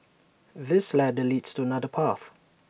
this ladder leads to another path